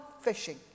fishing